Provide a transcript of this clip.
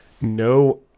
no